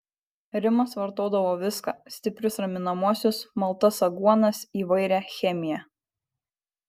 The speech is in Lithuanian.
rimas vartodavo viską stiprius raminamuosius maltas aguonas įvairią chemiją